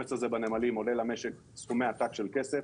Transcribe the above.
שהעומס הזה בנמלים עולה למשק סכומי עתק של כסף.